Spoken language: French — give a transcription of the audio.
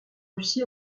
aussi